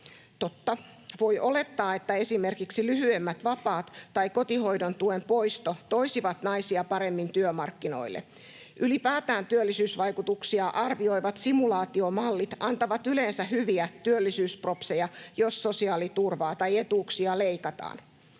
Totta, voi olettaa, että esimerkiksi lyhyemmät vapaat tai kotihoidon tuen poisto toisivat naisia paremmin työmarkkinoille. Ylipäätään työllisyysvaikutuksia arvioivat simulaatiomallit antavat yleensä hyviä työllisyyspropseja, jos sosiaaliturvaa tai -etuuksia leikataan.